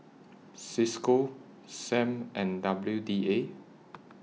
CISCO SAM and W D A